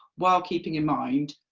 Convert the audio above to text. while keeping in mind,